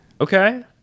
Okay